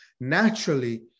naturally